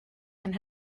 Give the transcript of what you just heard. and